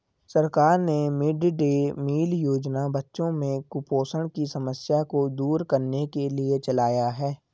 सरकार ने mid day meal योजना बच्चों में कुपोषण की समस्या को दूर करने के लिए चलाया है